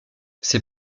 ses